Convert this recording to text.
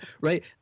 Right